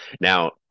Now